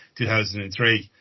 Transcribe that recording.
2003